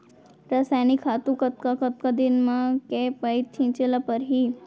रसायनिक खातू कतका कतका दिन म, के पइत छिंचे ल परहि?